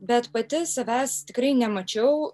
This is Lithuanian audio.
bet pati savęs tikrai nemačiau